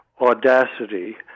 audacity